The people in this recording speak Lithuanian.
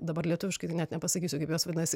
dabar lietuviškai net nepasakysiu kaip jos vadinasi